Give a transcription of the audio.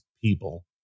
people